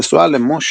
נשואה למוש